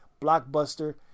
Blockbuster